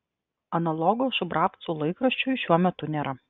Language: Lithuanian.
analogo šubravcų laikraščiui šiuo metu nėra